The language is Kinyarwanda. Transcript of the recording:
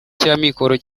cy’amikoro